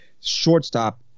shortstop